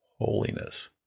holiness